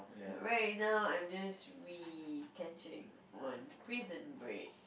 right now I'm just recatching my Prison Break